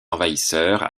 envahisseurs